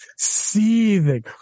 seething